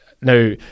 Now